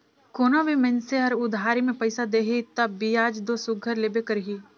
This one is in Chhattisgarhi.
कोनो भी मइनसे हर उधारी में पइसा देही तब बियाज दो सुग्घर लेबे करही